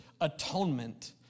atonement